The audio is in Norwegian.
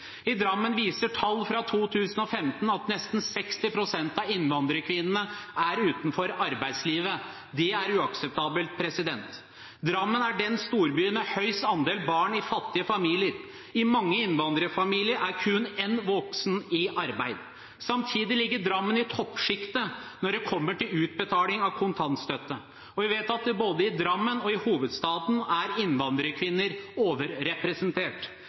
I Drammen viser tall fra 2015 at nesten 60 pst. av innvandrerkvinnene er utenfor arbeidslivet. Det er uakseptabelt. Drammen er den storbyen med høyest andel barn i fattige familier. I mange innvandrerfamilier er kun én voksen i arbeid. Samtidig ligger Drammen i toppsjiktet når det kommer til utbetaling av kontantstøtte, og vi vet at både i Drammen og i hovedstaden er innvandrerkvinner overrepresentert.